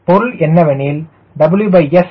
பொருள் என்னவெனில்WSstall≤10